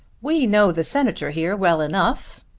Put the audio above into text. we know the senator here well enough.